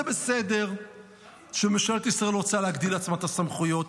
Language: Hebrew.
זה בסדר שממשלת ישראל רוצה להגדיל לעצמה את הסמכויות,